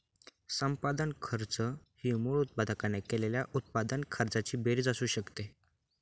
संपादन खर्च ही मूळ उत्पादकाने केलेल्या उत्पादन खर्चाची बेरीज असू शकते